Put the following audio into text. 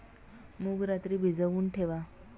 मूग रात्री भिजवून ठेवा